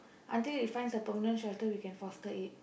until it finds a permanent shelter we can foster it